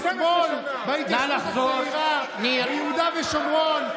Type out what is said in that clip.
לסבול בהתיישבות הצעירה ביהודה ושומרון.